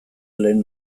lehen